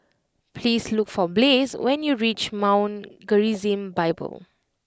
please look for Blaze when you reach Mount Gerizim Bible